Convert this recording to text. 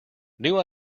new